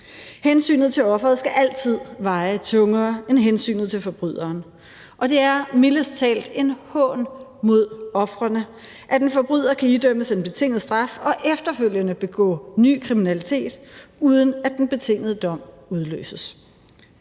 Hensynet til offeret skal altid veje tungere end hensynet til forbryderen. Og det er mildest talt en hån mod ofrene, at en forbryder kan idømmes en betinget straf og efterfølgende begå ny kriminalitet, uden at den betingede dom udløses.